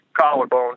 collarbone